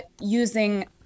using